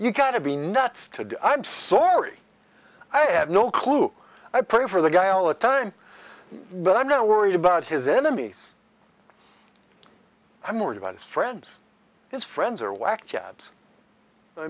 you gotta be nuts to i'm sorry i have no clue i pray for the guy all the time but i'm not worried about his enemies i'm worried about his friends his friends are whack jobs i